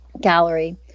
gallery